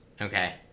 okay